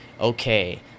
okay